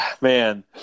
man